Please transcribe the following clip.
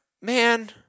Man